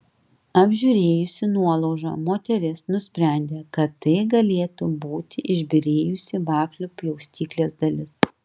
apžiūrėjusi nuolaužą moteris nusprendė kad tai galėtų būti išbyrėjusi vaflių pjaustyklės dalis